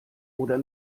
oder